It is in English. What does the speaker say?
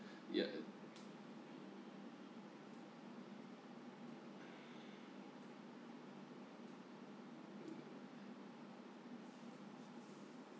yeah